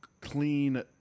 clean